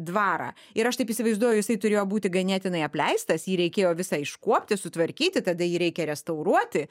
dvarą ir aš taip įsivaizduoju jisai turėjo būti ganėtinai apleistas jį reikėjo visą iškuopti sutvarkyti tada jį reikia restauruoti